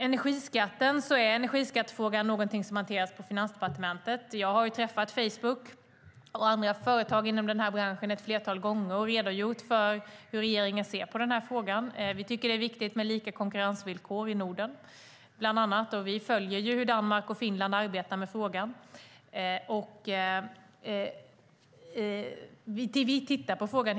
Energiskattefrågan är någonting som hanteras på Finansdepartementet. Jag har träffat representanter för Facebook och för andra företag inom den här branschen ett flertal gånger och redogjort för hur regeringen ser på den här frågan. Vi tycker att det är viktigt med lika konkurrensvillkor i Norden. Vi följer också hur Danmark och Finland arbetar med frågan.